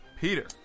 Peter